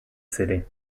city